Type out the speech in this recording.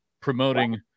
promoting